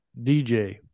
DJ